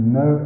no